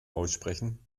aussprechen